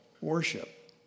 worship